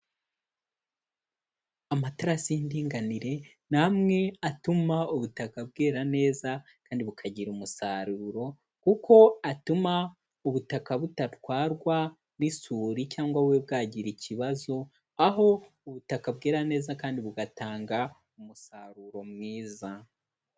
Amaterasi y'indinganire ni amwe atuma ubutaka bwera neza kandi bukagira umusaruro kuko atuma ubutaka budatwarwa n'isuri cyangwa bube bwagira ikibazo, aho ubutaka bwera neza kandi bugatanga umusaruro mwiza.